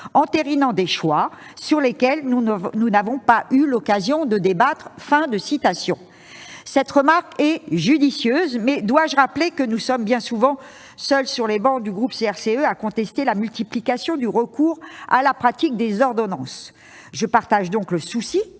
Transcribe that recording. entérinant des choix sur lesquels nous n'avons pas eu l'occasion de débattre ». Si cette remarque est judicieuse, je rappellerai néanmoins que nous sommes bien souvent seuls sur les travées du groupe CRCE à contester la multiplication du recours à la pratique des ordonnances ! Je partage le souhait